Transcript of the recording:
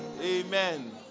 amen